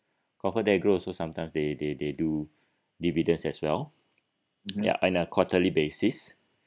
comfortdelgro also sometimes they they they do dividends as well ya on a quarterly basis